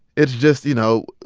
it's just you know,